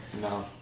No